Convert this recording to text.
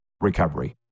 recovery